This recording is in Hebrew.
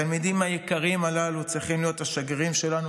התלמידים היקרים הללו צריכים להיות השגרירים שלנו,